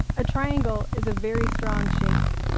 a triangle is a very strong shape,